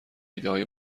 ایدههای